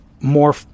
more